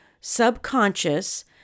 subconscious